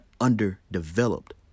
underdeveloped